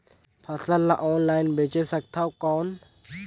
फसल ला ऑनलाइन बेचे सकथव कौन?